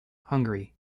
hungary